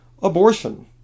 abortion